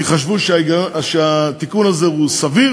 כי חשבו שהתיקון הזה הוא סביר,